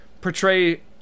portray